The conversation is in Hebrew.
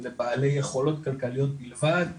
או לבעלי יכולות כלכליות בלבד,